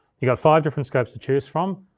you got five different scopes to choose from.